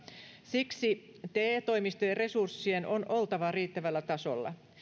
siksi te toimistojen resurssien on oltava riittävällä tasolla